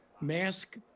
mask